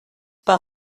par